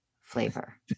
flavor